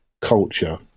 culture